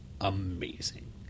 amazing